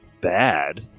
bad